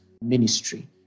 ministry